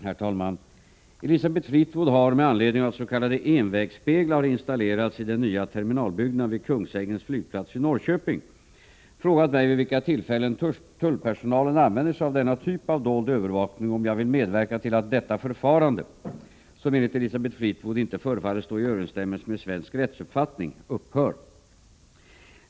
Herr talman! Elisabeth Fleetwood har, med anledning av att s.k. envägsspeglar har installerats i den nya terminalbyggnaden vid Kungsängens flygplats i Norrköping, frågat mig vid vilka tillfällen tullpersonalen använder sig av denna typ av dold övervakning och om jag vill medverka till att detta förfarande, som enligt Elisabeth Fleetwood inte förefaller stå i överensstämmelse med svensk rättsuppfattning, upphör.